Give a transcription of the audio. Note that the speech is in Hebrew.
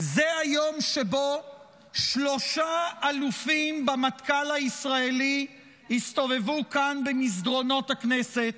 זה היום שבו שלושה אלופים במטכ"ל הישראלי הסתובבו כאן במסדרונות הכנסת,